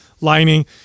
lining